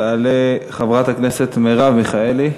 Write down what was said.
תעלה חברת הכנסת מרב מיכאלי.